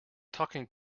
talking